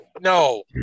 No